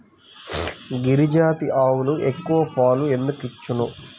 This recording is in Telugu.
గిరిజాతి ఆవులు ఎక్కువ పాలు ఎందుకు ఇచ్చును?